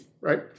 right